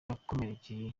yakomerekeye